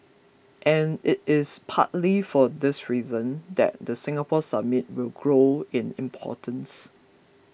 and it is partly for this reason that the Singapore Summit will grow in importance